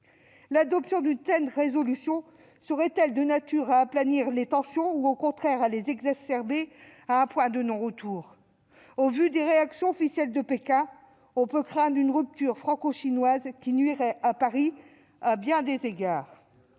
L'adoption d'une telle proposition de résolution serait-elle de nature à aplanir les tensions ou, au contraire, à les exacerber jusqu'à un point de non-retour ? Au vu des réactions officielles de Pékin, on peut craindre une rupture franco-chinoise, qui à bien des égards